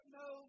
no